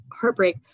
heartbreak